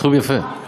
סכום יפה.